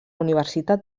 universitat